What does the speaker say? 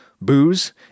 booze